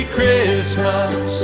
Christmas